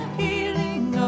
healing